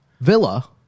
Villa